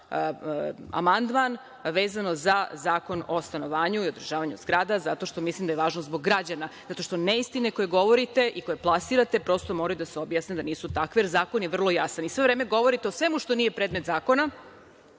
amandman, vezano za Zakon o stanovanju i održavanju zgrada, zato što mislim da je važno zbog građana, zato što neistine koje govorite i koje plasirate, prosto moraju da se objasne da nisu takve, jer zakon je vrlo jasan. Sve vreme govorite o svemu što nije predmet zakona